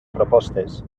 propostes